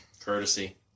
courtesy